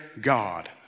God